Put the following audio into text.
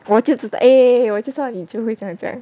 我就知道 eh eh 我就知道你会这样讲